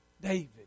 David